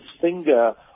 finger